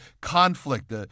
conflict